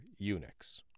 Unix